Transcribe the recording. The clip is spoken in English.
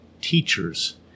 teachers